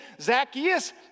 Zacchaeus